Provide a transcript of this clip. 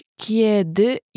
kiedy